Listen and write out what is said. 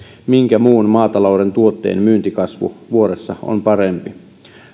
minkä muun maatalouden tuotteen myyntikasvu vuodessa on parempi